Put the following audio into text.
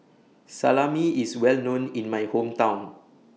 Salami IS Well known in My Hometown